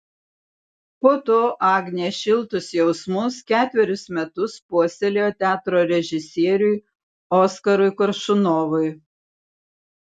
po to agnė šiltus jausmus ketverius metus puoselėjo teatro režisieriui oskarui koršunovui